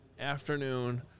afternoon